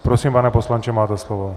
Prosím, pane poslanče, máte slovo.